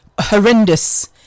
horrendous